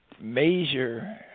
measure